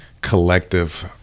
collective